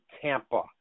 Tampa